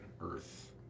earth